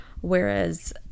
Whereas